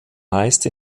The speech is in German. meist